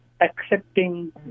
accepting